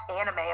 anime